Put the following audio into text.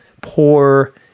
poor